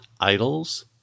idols